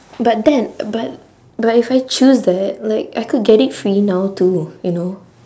but then but but if I choose that like I could get it free now too you know